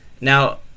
Now